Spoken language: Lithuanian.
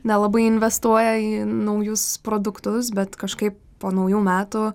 nelabai investuoja į naujus produktus bet kažkaip po naujų metų